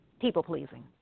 people-pleasing